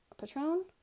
Patron